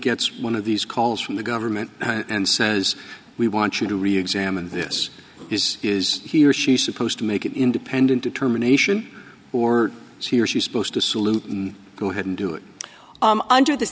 gets one of these calls from the government and says we want you to reexamine this is he or she supposed to make an independent determination or she or she is supposed to salute go ahead and do it u